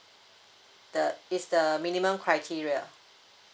the is the minimum criteria